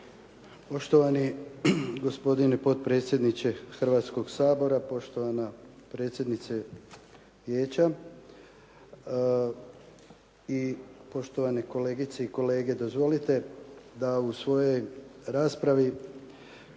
Poštovani gospodine potpredsjedniče Hrvatskoga sabora, poštovana predsjednice vijeća i poštovane kolegice i kolege. Dozvolite da u svojoj raspravi